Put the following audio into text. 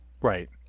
Right